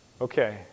Okay